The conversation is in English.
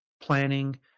planning